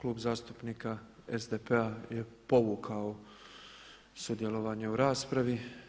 Klub zastupnika SDP-a je povukao sudjelovanje u raspravi.